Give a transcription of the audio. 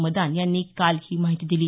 मदान यांनी काल ही माहिती दिली